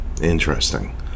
Interesting